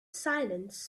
silence